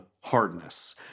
hardness